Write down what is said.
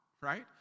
right